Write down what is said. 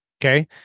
Okay